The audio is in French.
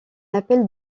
appelle